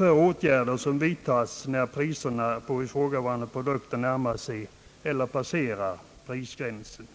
av åtgärder, som vidtas när priserna på ifrågavarande produkter närmar sig eller passerar prisgränsen.